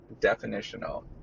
definitional